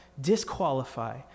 disqualify